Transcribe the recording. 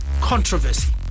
controversy